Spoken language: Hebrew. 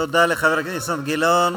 תודה לחבר הכנסת אילן גילאון,